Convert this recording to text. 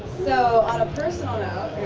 so on a personal note,